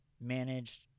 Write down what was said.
managed